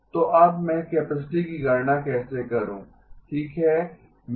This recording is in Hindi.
तो अब मैं कैपेसिटी की गणना कैसे करूं